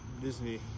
Disney